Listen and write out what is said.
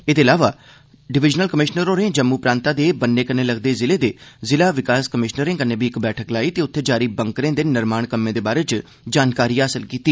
एह्दे इलावा मंडलायुक्त होरें जम्मू प्रांतै दे ब'न्ने कन्नै लगदे ज़िले दे ज़िला आयुक्तें कन्नै बी इक बैठक लाई ते उत्थे जारी बंकरें दे निर्माण कम्मे दे बारै च जानकारी हासल कीती